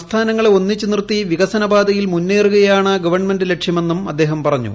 സംസ്ഥാനങ്ങളെ ഒന്നിച്ചു നിർത്തി വികസന പാതയിൽ മുന്നേറുകയാണ് ഗവൺമെന്റ് ലക്ഷ്യമിടുന്നതെന്നും അദ്ദേഹം പറഞ്ഞു